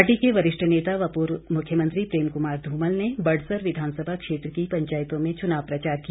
party के वरिष्ठ नेता व पूर्व मुख्यमंत्री प्रेम क्मार ध्मल ने बड़सर विधानसभा क्षेत्र की पंचायतों में चुनाव प्रचार किया